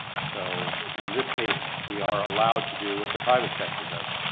so, in this case, we are allowed to do what the private sector does.